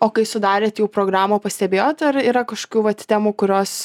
o kai sudarėt jau programą pastebėjot ar yra kažkokių vat temų kurios